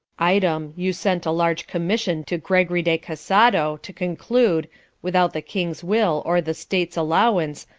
item, you sent a large commission to gregory de cassado, to conclude without the kings will, or the states allowance,